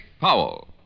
Powell